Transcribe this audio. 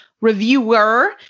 reviewer